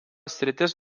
sritis